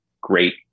great